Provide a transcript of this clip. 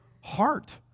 heart